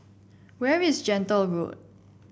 where is Gentle Road